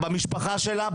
במשפחה שלה,